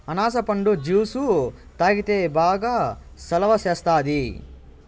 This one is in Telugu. అనాస పండు జ్యుసు తాగితే బాగా సలవ సేస్తాది